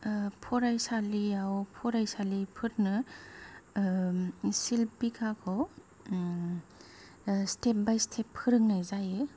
फरायसालियाव फरायसाफोरनो सिल्प बिध्याखौ स्टेप बाय स्टेप फोरोंनाय जायो